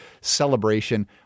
celebration